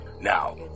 Now